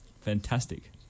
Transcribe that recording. fantastic